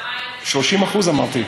30% אמרתי.